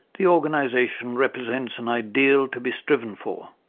the organisation represents an ideal to be striven for.